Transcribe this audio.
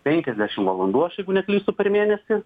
penkiasdešim valandų aš jeigu neklystu per mėnesį